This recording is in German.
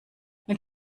mit